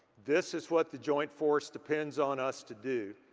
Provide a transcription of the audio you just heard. this is what the joint force depends on us to do.